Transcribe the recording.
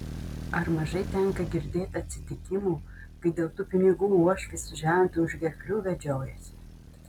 ar mažai tenka girdėt atsitikimų kai dėl tų pinigų uošvis su žentu už gerklių vedžiojasi